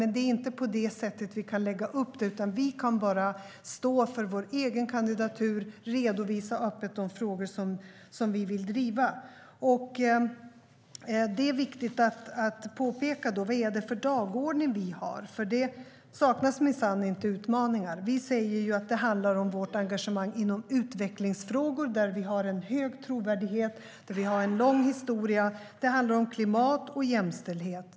Men det är inte på det sättet vi kan lägga upp det, utan vi kan bara stå för vår egen kandidatur och öppet redovisa de frågor som vi vill driva. Vad är det för dagordning vi har? Det saknas minsann inte utmaningar. Vi säger att det handlar om vårt engagemang inom utvecklingsfrågor, där vi har hög trovärdighet och en lång historia. Det handlar om klimat och jämställdhet.